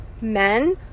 men